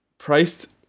Priced